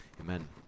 amen